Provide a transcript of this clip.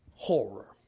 Horror